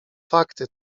fakty